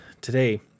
today